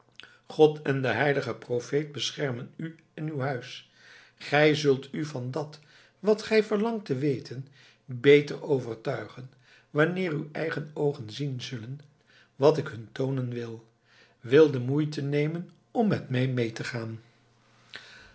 god en de heilige profeet beschermen u en uw huis gij zult u van dat wat gij verlangt te weten beter overtuigen wanneer uw eigen oogen zien zullen wat ik hun toonen wil wil de moeite nemen om met mij mee te gaan